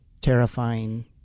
terrifying